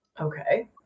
Okay